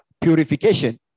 purification